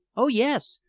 oh, yes.